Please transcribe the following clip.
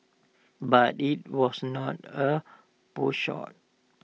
but IT was not A potshot